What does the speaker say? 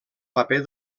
paper